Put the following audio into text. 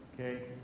Okay